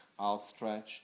outstretched